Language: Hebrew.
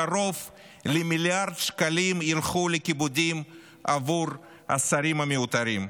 קרוב למיליארד שקלים ילכו לכיבודים עבור השרים המיותרים.